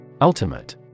Ultimate